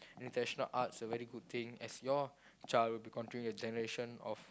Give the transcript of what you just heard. arts are very good thing as your child would be continuing the generation of